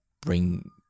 bring